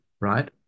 right